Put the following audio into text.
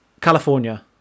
California